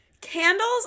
Candles